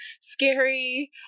scary